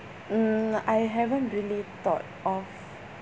mm I haven't really thought of